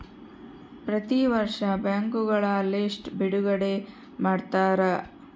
ಪ್ರತಿ ವರ್ಷ ಬ್ಯಾಂಕ್ಗಳ ಲಿಸ್ಟ್ ಬಿಡುಗಡೆ ಮಾಡ್ತಾರ